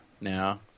Now